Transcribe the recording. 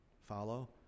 Follow